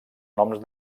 noms